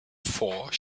four